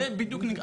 זה בדיוק זה.